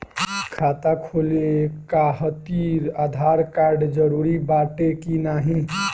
खाता खोले काहतिर आधार कार्ड जरूरी बाटे कि नाहीं?